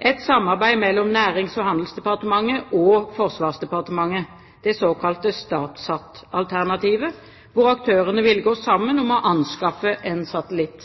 et samarbeid mellom Nærings- og handelsdepartementet og Forsvarsdepartementet, det såkalte StatSat-alternativet, hvor aktørene ville gå sammen om å anskaffe en satellitt.